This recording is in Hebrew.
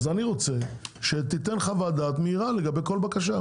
אז אני רוצה שתיתן חוות דעת מהירה לגבי כל בקשה,